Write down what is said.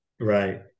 Right